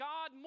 God